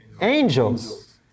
angels